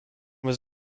was